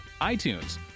iTunes